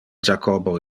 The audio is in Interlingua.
jacobo